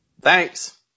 thanks